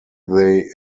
they